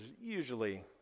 usually